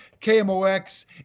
KMOX